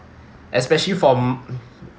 especially for m~